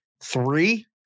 three